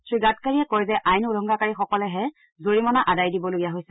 শ্ৰীগাডকাৰীয়ে কয় যে আইন উলংঘাকাৰীসকলেহে জৰিমনা আদায় দিবলগীয়া হৈছে